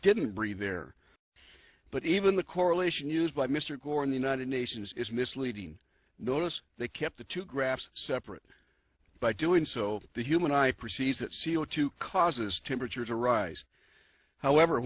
didn't breathe air but even the correlation used by mr gore in the united nations is misleading notice they kept the two graphs separate by doing so the human eye perceives that c o two causes temperature to rise however